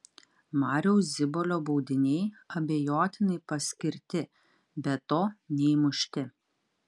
mariaus zibolio baudiniai abejotinai paskirti be to neįmušti